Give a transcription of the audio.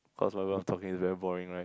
cause whatever I'm talking is very boring right